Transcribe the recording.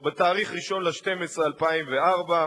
בתאריך 1 בדצמבר 2004,